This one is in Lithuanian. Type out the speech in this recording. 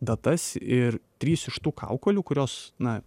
datas ir trys iš tų kaukolių kurios na